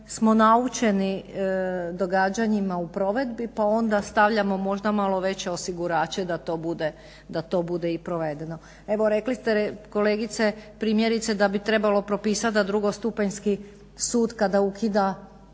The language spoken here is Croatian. smo naučeni događanjima u provedbi pa onda stavljamo možda malo veće osigurače da to bude i provedeno. Evo rekli ste kolegice primjerice da bi trebalo propisati da drugostupanjski sud kada ukida